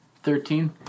Thirteen